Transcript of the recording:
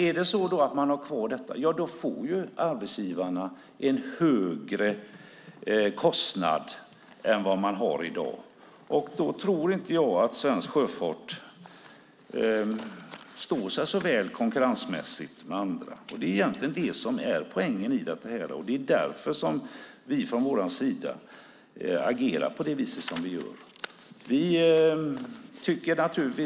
Om man har kvar detta får arbetsgivarna en högre kostnad än vad de har i dag. Då tror jag inte att svensk sjöfart står sig så väl konkurrensmässigt gentemot andra. Det är poängen i detta, och det är därför vi agerar som vi gör.